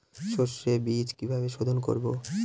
সর্ষে বিজ কিভাবে সোধোন করব?